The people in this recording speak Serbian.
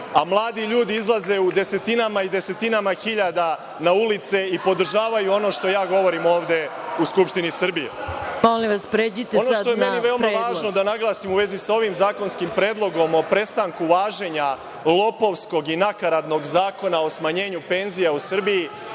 a mladi ljudi izlaze u desetinama i desetinama hiljada na ulice i podržavaju ono što ja govorim ovde u Skupštini Srbije. Ono što je meni veoma važno da naglasim u vezi sa ovim zakonskim predlogom o prestanku važenja lopovskog i nakaradnog zakona o smanjenju penzija u Srbiji